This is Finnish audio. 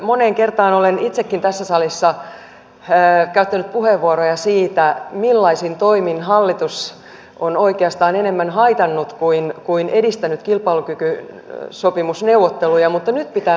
moneen kertaan olen itsekin tässä salissa käyttänyt puheenvuoroja siitä millaisin toimin hallitus on oikeastaan enemmän haitannut kuin edistänyt kilpailukykysopimusneuvotteluja mutta nyt pitää nostaa hattua